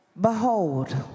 Behold